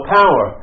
power